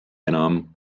enam